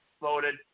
voted